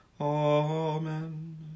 Amen